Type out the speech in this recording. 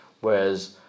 whereas